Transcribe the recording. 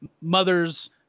Mothers